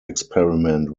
experiment